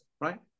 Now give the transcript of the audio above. right